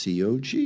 COG